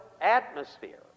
atmosphere